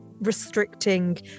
restricting